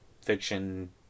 Fiction